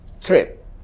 trip